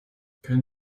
können